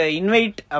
invite